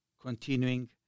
continuing